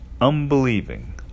unbelieving